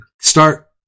start